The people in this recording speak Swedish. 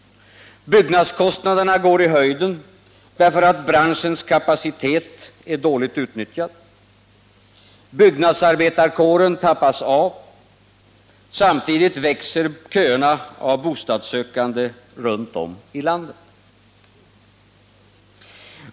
Byggnadskostnaderna går i höjden därför att branschens kapacitet är dåligt utnyttjad. Byggnadsarbetarkåren tappas av. Samtidigt växer köerna av bostadssökande runt om i landet.